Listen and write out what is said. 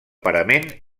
parament